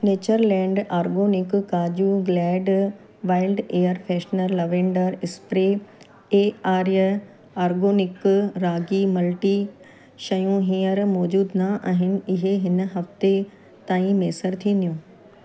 Natureland organic kaju Glade wild air freshener lavender spray ऐ आर्य organic ragi multi शयूं हींअर मौज़ूदु न आहिनि इहे हिन हफ़्ते ताईं मयसरु थींदियूं